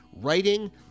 writing